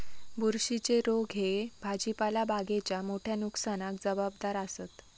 बुरशीच्ये रोग ह्ये भाजीपाला बागेच्या मोठ्या नुकसानाक जबाबदार आसत